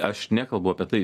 aš nekalbu apie tai